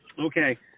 Okay